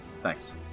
Thanks